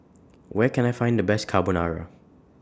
Where Can I Find The Best Carbonara